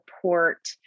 support